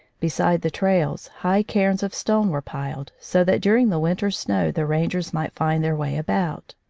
beside the trails high cairns of stones were piled, so that during the winter snow the rangers might find their way about.